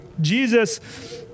Jesus